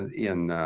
in